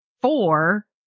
four